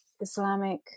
Islamic